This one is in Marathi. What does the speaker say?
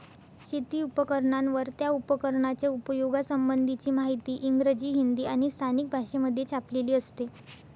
शेती उपकरणांवर, त्या उपकरणाच्या उपयोगा संबंधीची माहिती इंग्रजी, हिंदी आणि स्थानिक भाषेमध्ये छापलेली असते